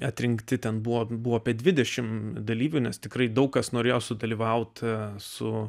atrinkti ten buvo buvo apie dvidešimt dalyvių nes tikrai daug kas norėjo sudalyvauti su